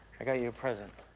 i got you you a present.